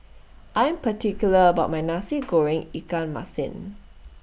I'm particular about My Nasi Goreng Ikan Masin